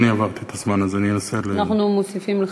עברתי את הזמן, אז אנסה, אנחנו מוסיפים לך.